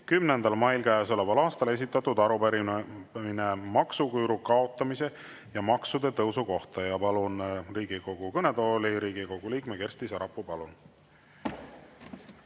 10. mail käesoleval aastal esitatud arupärimine "maksuküüru" kaotamise ja maksude tõusu kohta. Palun Riigikogu kõnetooli Riigikogu liikme Kersti Sarapuu. Palun!